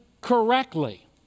correctly